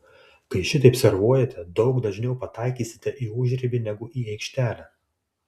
kai šitaip servuojate daug dažniau pataikysite į užribį negu į aikštelę